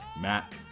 Matt